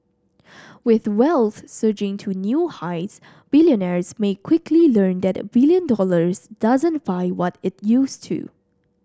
with wealth surging to new highs billionaires may quickly learn that a billion dollars doesn't buy what it used to